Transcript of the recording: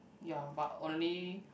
ya but only